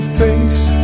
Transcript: face